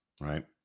right